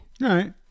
Right